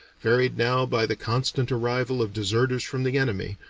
varied now by the constant arrival of deserters from the enemy,